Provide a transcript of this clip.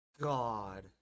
god